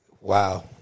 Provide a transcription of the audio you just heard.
Wow